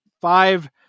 five